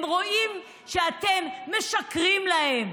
הם רואים שאתם משקרים להם.